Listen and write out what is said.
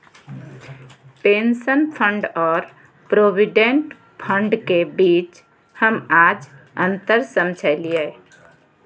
pension fund और provident fund के बीच हम आज अंतर समझलियै